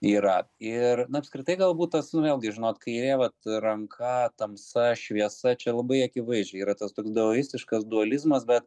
yra ir na apskritai galbūt tas vėlgi žinot kairė vat ranka tamsa šviesa čia labai akivaizdžiai yra tas toks daoistiškas dualizmas bet